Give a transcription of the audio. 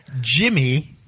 Jimmy –